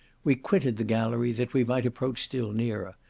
we quitted the gallery that we might approach still nearer,